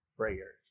prayer